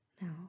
Now